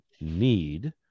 need